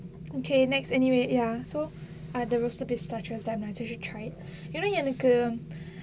okay next anyway ya so uh the roasted pistachio damn nice you should try it you know